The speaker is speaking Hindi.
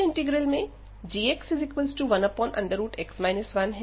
दूसरे इंटीग्रल में g 1x 1है